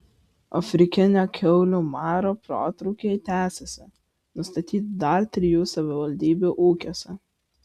afrikinio kiaulių maro protrūkiai tęsiasi nustatyti dar trijų savivaldybių ūkiuose